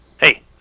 Hey